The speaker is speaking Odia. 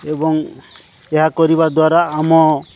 ଏବଂ ଏହା କରିବା ଦ୍ୱାରା ଆମ